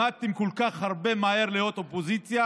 למדתם כל כך מהר להיות אופוזיציה,